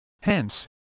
Hence